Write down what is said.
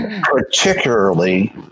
particularly